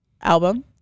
album